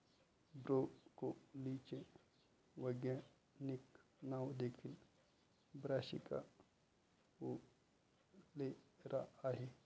ब्रोकोलीचे वैज्ञानिक नाव देखील ब्रासिका ओलेरा आहे